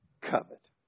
covet